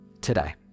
today